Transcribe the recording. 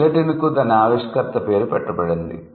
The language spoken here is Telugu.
గిలెటిన్కు దాని ఆవిష్కర్త పేరు పెట్టబడింది